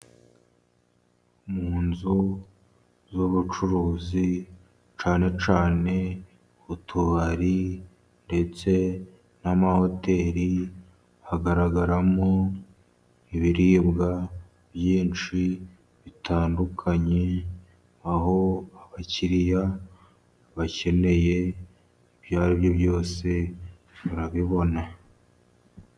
Mu inzu z'ubucuruzi cyane cyane utubari ndetse n'amahoteri ,hagaragaramo ibiribwa byinshi bitandukanye, aho abakiriya bakeneye ibya aribyo byose barabibona.